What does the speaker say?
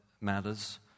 matters